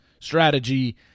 strategy